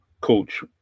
Coach